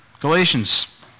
Galatians